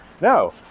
No